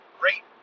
great